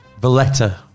Valletta